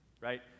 right